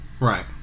right